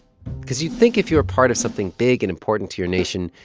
cause you think if you were part of something big and important to your nation,